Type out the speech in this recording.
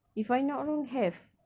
if I not wrong have